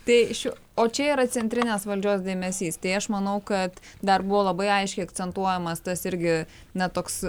tai šiuo o čia yra centrinės valdžios dėmesys tai aš manau kad dar buvo labai aiškiai akcentuojamas tas irgi na toks